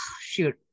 shoot